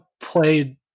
played